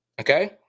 Okay